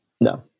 No